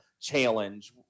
challenge